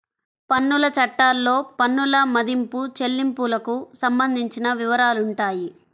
పన్నుల చట్టాల్లో పన్నుల మదింపు, చెల్లింపులకు సంబంధించిన వివరాలుంటాయి